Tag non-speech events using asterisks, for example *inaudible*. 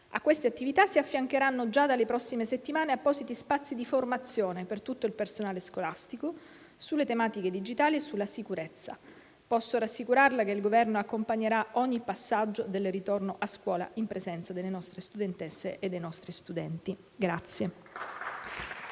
A queste attività si affiancheranno già dalle prossime settimane appositi spazi di formazione per tutto il personale scolastico sulle tematiche digitali e sulla sicurezza. Posso rassicurarla che il Governo accompagnerà ogni passaggio del ritorno a scuola in presenza delle nostre studentesse e dei nostri studenti. *applause*